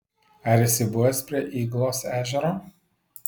ar esi buvęs prie yglos ežero